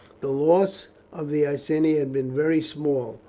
the loss of the iceni had been very small,